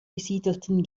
besiedelten